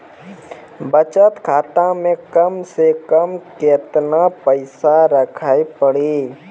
बचत खाता मे कम से कम केतना पैसा रखे पड़ी?